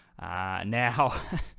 Now